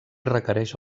requereix